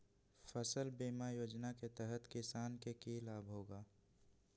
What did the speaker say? फसल बीमा योजना के तहत किसान के की लाभ होगा?